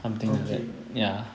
okay